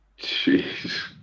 Jeez